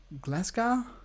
Glasgow